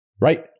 right